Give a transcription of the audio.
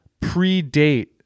predate